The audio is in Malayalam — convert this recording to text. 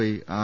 I R